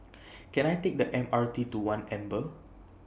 Can I Take The M R T to one Amber